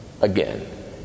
again